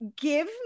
Give